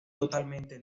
totalmente